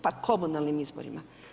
Pa komunalnim izborima.